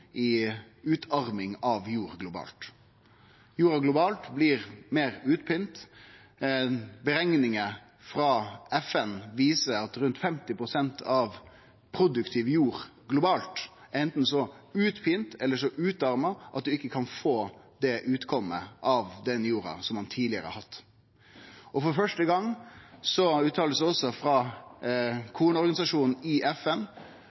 går utarminga av jord globalt raskare enn vi tidlegare har trudd. Globalt blir jorda meir utpint. Berekningar frå FN viser at rundt 50 pst. av produktiv jord globalt er så utpint eller utarma at ein ikkje kan få den utkoma av jorda som ein har fått tidlegare. For første gong uttaler også kornorganisasjonen i FN